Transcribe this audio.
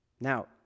Now